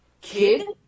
kid